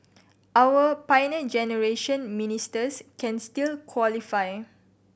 our Pioneer Generation Ministers can still qualify